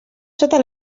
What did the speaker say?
sota